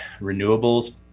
renewables